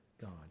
God